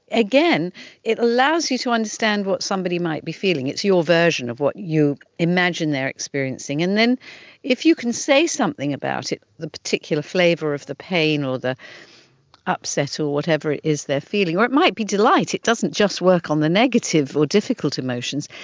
again it allows you to understand what somebody might be feeling, it's your version of what you imagine they are experiencing. and then if you can say something about it, the particular flavour of the pain or the upset or whatever it is they are feeling, or it might be delight, it doesn't just work on the negative or difficult emotions,